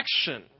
action